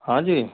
हाँजी